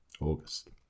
August